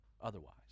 otherwise